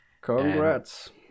Congrats